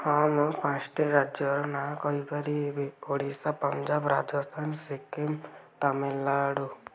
ହଁ ମୁଁ ପାଞ୍ଚ ଟି ରାଜ୍ୟର ନାଁ କହିପାରିବି ଓଡ଼ିଶା ପଞ୍ଜାବ ରାଜସ୍ଥାନ ସିକିମ ତାମିଲନାଡ଼ୁ